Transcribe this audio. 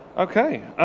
okay,